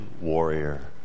warrior